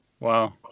Wow